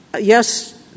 yes—